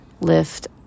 lift